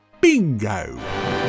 bingo